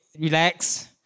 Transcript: relax